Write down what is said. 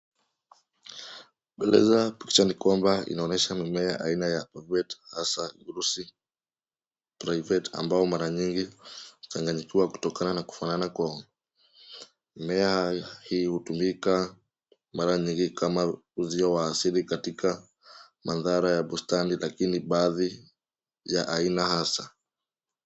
Kueleza picha ni kwamba inaonyesha mimea aina ya velvet hasa urusi raivet ambapo mara nyingi kuchanganikiwa kutokana na kufanana kwao. Mmea hii hutumika mara nyingi kama uzio wa asili katika mandhara ya bustani lakini baadhi ya aina hasa.